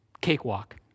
cakewalk